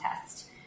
test